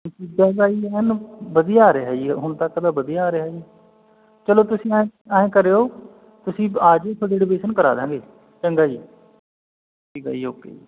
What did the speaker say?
ਨਤੀਜਾ ਜੀ ਐਨ ਵਧੀਆ ਆ ਰਿਹਾ ਜੀ ਹੁਣ ਤੱਕ ਤਾਂ ਵਧੀਆ ਆ ਰਿਹਾ ਜੀ ਚਲੋ ਤੁਸੀਂ ਐਂ ਐਂ ਕਰਿਓ ਤੁਸੀਂ ਆ ਜਿਓ ਤੁਹਾਡੀ ਐਡਮਿਸ਼ਨ ਕਰਾ ਦਾਂਗੇ ਚੰਗਾ ਜੀ ਠੀਕ ਹੈ ਜੀ ਓਕੇ ਜੀ